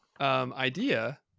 idea